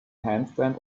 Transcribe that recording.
handstand